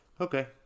Okay